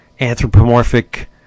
anthropomorphic